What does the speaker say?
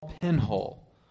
pinhole